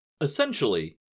Essentially